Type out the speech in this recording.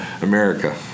America